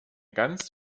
ganz